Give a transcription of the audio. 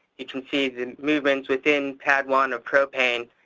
you can see the and movements within padd one of propane.